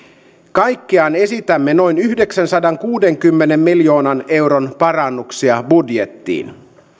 kaikkiaan esitämme noin yhdeksänsadankuudenkymmenen miljoonan euron parannuksia budjettiin